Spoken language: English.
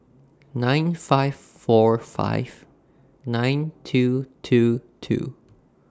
nine five four five nine two two two